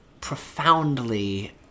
profoundly